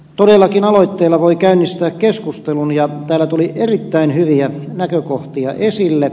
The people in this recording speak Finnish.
todellakin aloitteella voi käynnistää keskustelun ja täällä tuli erittäin hyviä näkökohtia esille